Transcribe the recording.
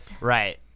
Right